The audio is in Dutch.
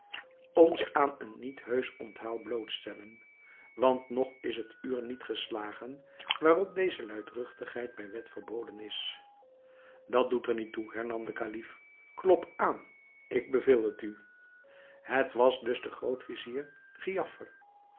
ons aan een niet heusch onthaal blootstellen want nog is het uur niet geslagen waarop deze luidruchtigheid bij de wet verboden is dat doet er niet toe hernam de kalif klop aan ik beveel het u het was dus de groot-vizier giafar